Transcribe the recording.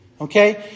Okay